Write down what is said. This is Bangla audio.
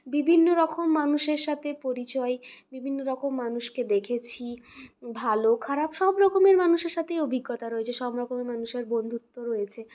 বিভিন্ন রকম মানুষের সাথে পরিচয় বিভিন্ন রকম মানুষকে দেখেছি ভালো খারাপ সবরকমের মানুষের সাথেই অভিজ্ঞতা রয়েছে সবরকমের মানুষের বন্ধুত্ব রয়েছে